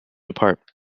apart